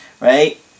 right